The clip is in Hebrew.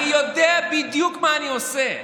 אני יודע בדיוק מה אני עושה.